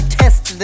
test